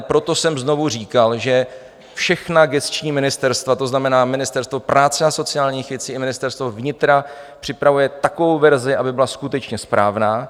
Proto jsem znovu říkal, že všechna gesční ministerstva, to znamená Ministerstvo práce a sociálních věcí i Ministerstvo vnitra, připravují takovou verzi, aby byla skutečně správná.